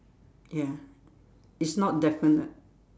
ya it's not definite